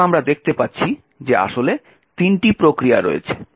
এবং আমরা দেখতে পাচ্ছি যে আসলে তিনটি প্রক্রিয়া রয়েছে